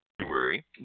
January